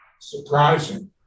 surprising